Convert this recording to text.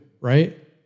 right